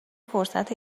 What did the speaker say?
فرصت